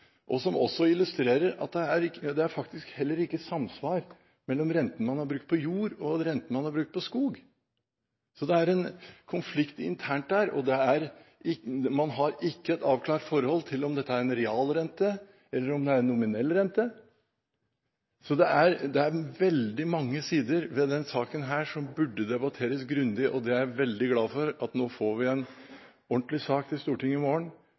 og som også illustrerer at det er faktisk heller ikke samsvar mellom renten man har brukt på jord, og renten man har brukt på skog. Så det er en konflikt internt der, og man har ikke et avklart forhold til om dette er en realrente, eller om det er en nominell rente. Det er veldig mange sider ved denne saken som burde debatteres grundig, og jeg er veldig glad for at vi nå får en ordentlig sak til Stortinget i morgen